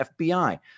FBI